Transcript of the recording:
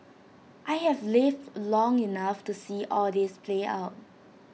I have lived long enough to see all this play out